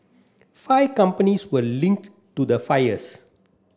five companies were linked to the fires